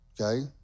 okay